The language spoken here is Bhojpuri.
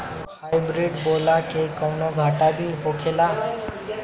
हाइब्रिड बोला के कौनो घाटा भी होखेला?